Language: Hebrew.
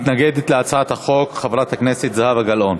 מתנגדת להצעת החוק חברת הכנסת זהבה גלאון.